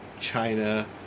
China